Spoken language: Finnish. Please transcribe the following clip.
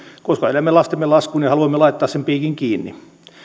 koska elämme lastemme laskuun ja haluamme laittaa sen piikin kiinni